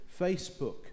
facebook